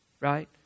right